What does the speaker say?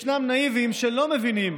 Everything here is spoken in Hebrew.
ישנם נאיביים שלא מבינים